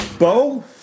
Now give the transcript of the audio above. Bo